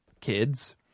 kids